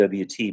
WT